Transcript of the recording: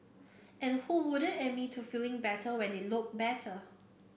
and who wouldn't admit to feeling better when they look better